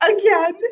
again